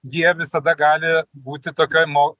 jie visada gali būti tokioj mo